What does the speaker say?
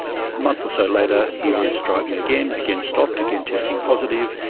a month or so later he was driving again, again stopped, again testing positive.